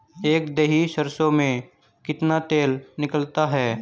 एक दही सरसों में कितना तेल निकलता है?